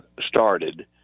started